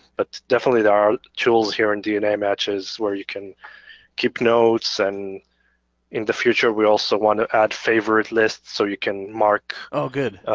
but definitely there are tools here in dna matches where you can keep notes. and in the future we also want to add favorite lists, so you can mark oh good.